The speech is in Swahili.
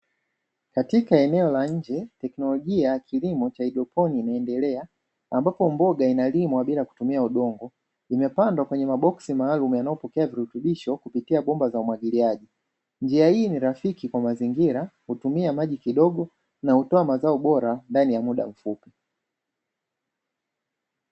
Katika eneo la nje, teknolojia ya kilimo cha haidroponi inaendelea ambapo mboga inalimwa bila kutumia udongo, imepandwa kwenye maboksi maalumu yanayopokea virutubisho kupitia bomba za umwagiliaji. Njia hii ni rafiki kwa mazingira, hutumia maji kidogo na hutoa mazao bora ndani ya mda mfupi.